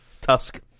Tusk